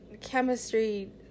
chemistry